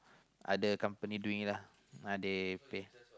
other company doing it uh they pay